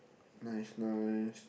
nice nice